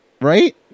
right